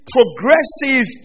progressive